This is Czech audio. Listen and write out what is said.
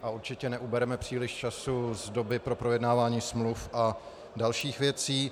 A určitě neubereme příliš času z doby pro projednávání smluv a dalších věcí.